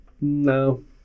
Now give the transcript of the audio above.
no